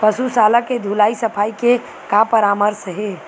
पशु शाला के धुलाई सफाई के का परामर्श हे?